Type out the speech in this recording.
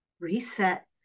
reset